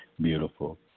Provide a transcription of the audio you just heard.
beautiful